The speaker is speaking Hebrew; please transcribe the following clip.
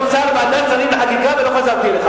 שר בוועדת שרים לחקיקה ולא חזרתי אליך.